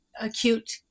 acute